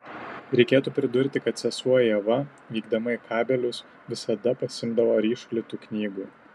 reikėtų pridurti kad sesuo ieva vykdama į kabelius visada pasiimdavo ryšulį tų knygų